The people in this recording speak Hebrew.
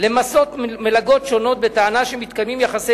למסות מלגות שונות בטענה שמתקיימים יחסי